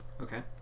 okay